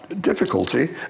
difficulty